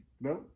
No